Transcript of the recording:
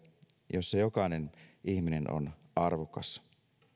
jossa jokainen ihminen on arvokas